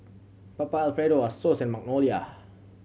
Papa Alfredo Asos and Magnolia